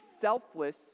selfless